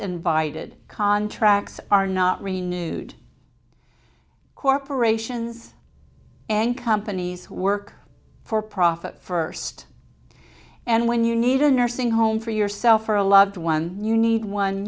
disinvited contracts are not renewed corporations and companies who work for profit for sed and when you need a nursing home for yourself or a loved one you need one